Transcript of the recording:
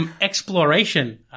exploration